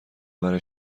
برای